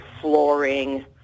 flooring